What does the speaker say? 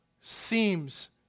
seems